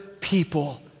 people